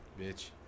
bitch